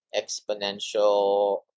exponential